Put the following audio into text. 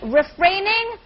refraining